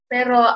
Pero